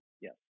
Yes